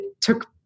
took